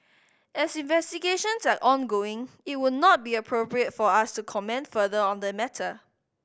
as investigations are ongoing it would not be appropriate for us to comment further on the matter